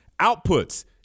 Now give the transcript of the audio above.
Outputs